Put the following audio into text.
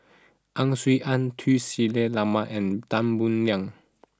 Ang Swee Aun Tun Sri Lanang and Tan Boo Liat